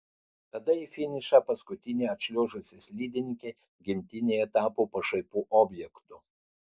tada į finišą paskutinė atšliuožusi slidininkė gimtinėje tapo pašaipų objektu